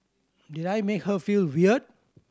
did I make her feel weird